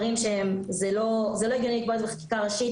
זה לא הגיוני לקבוע לזה חקיקה ראשית.